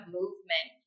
movement